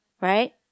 Right